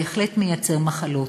בהחלט מייצר מחלות.